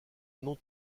non